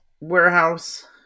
warehouse